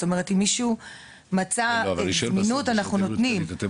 זאת אומרת אם מישהו מצא זמינות אנחנו נותנים.